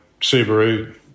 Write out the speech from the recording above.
Subaru